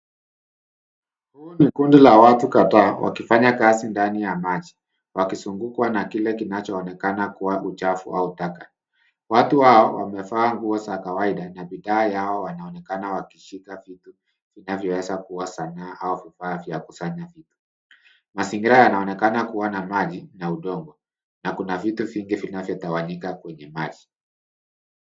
Huu ni kundi la watu kadhaa wakifanya kazi ndani ya maji. Wakizungukwa na kile kinachoonekana kuwa uchafu au taka. Watu hao wamevaa nguo za kawaida na bidhaa yao wanaonekana wakishika vitu vinavyoweza kuwa sanaa au vifaa vya kusanya vitu. Mazingira yanaonekana kuwa na maji na udongo na kuna vitu vingi vinavyotawanyika kwenye maji.